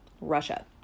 Russia